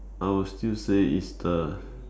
I would still say it's the